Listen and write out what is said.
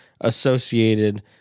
associated